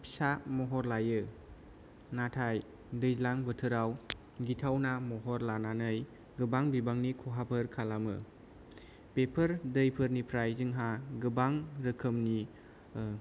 फिसा महर लायो नाथाय दैज्लां बोथोराव गिथावना महर लानानै गोबां बिबांनि खहाफोर खालामो बेफोर दैफोरनिफ्राय जोंहा गोबां रोखोमनि